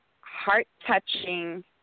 heart-touching